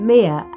Mia